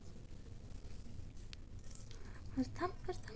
Soybean लागवडीसाठी युरियाचा वापर केला जातो का?